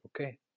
Okay